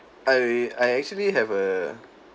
I I actually have a